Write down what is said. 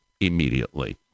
immediately